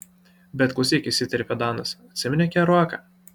bet klausyk įsiterpė danas atsimeni keruaką